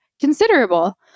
considerable